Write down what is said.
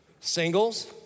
singles